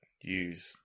use